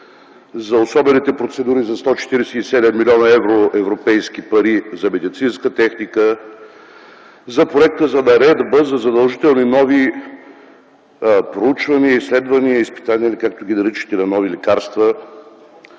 за особените процедури за 147 млн. евро европейски пари за медицинска техника, за Проекта за наредба за задължителни нови проучвания, изследвания, изпитания, или както ги наричате, на нови лекарства,